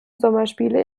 sommerspiele